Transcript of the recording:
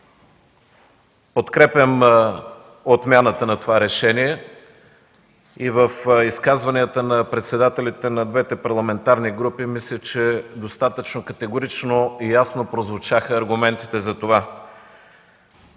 Подкрепям отмяната на това решение и в изказванията на председателите на двете парламентарни групи мисля, че достатъчно категорично и ясно прозвучаха аргументите за това.